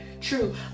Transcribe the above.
true